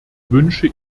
wünsche